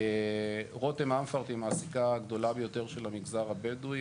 רותם אמפרט היא המעסיקה הגדולה ביותר של המגזר הבדואי.